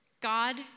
God